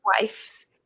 wife's